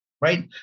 right